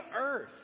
earth